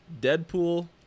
Deadpool